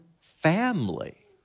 family